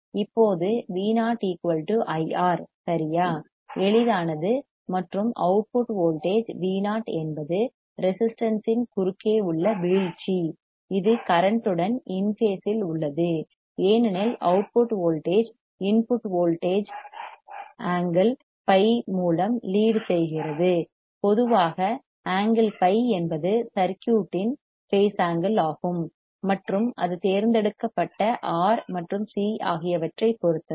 இப்போது Vo IR சரியா எளிதானது மற்றும் அவுட்புட் வோல்டேஜ் Vo என்பது ரெசிஸ்டன்ஸ் இன் குறுக்கே உள்ள வீழ்ச்சி இது கரெண்ட் உடன் இன் பேஸ் இல் உள்ளது ஏனெனில் அவுட்புட் வோல்டேஜ் இன்புட் வோல்டேஜ் ஐ ஆங்கிள் பை மூலம் லீட் செய்கிறது பொதுவாக ஆங்கிள் பை என்பது சர்க்யூட் இன் பேஸ் ஆங்கிள் ஆகும் மற்றும் அது தேர்ந்தெடுக்கப்பட்ட ஆர் R மற்றும் சி C ஆகியவற்றைப் பொறுத்தது